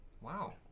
wow